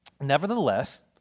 nevertheless